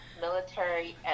military